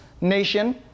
nation